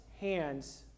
hands